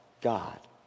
God